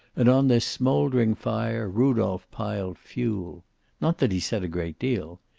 and on this smoldering fire rudolph piled fuel not that he said a great deal.